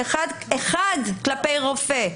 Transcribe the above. תיק אחד כלפי רופא,